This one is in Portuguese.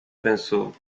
pensou